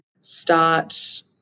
start